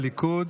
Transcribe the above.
הליכוד,